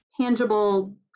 tangible